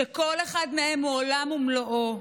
שכל אחד מהם הוא עולם ומלואו.